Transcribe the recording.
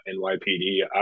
NYPD